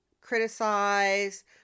criticize